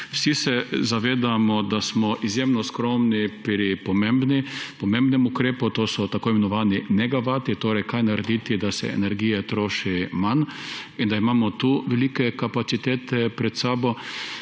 Vsi se zavedamo, da smo izredno skromni pri pomembnem ukrepu, to so tako imenovani megavati; torej, kaj narediti, da se energije troši manj in da imamo tu velike kapacitete pred sabo.